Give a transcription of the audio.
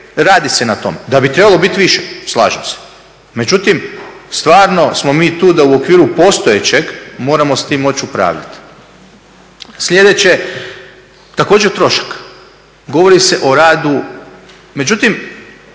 radi se na tome. Da bi trebalo bit više? Slažem se. Međutim, stvarno smo mi tu da u okviru postojećeg moramo s tim moći upravljati. Sljedeće također trošak. Govori se o radu, međutim